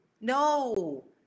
no